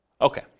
Okay